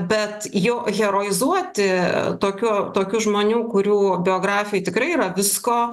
bet jo heroizuoti tokio tokių žmonių kurių biografijoj tikrai yra visko